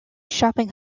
shopping